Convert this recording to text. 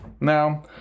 Now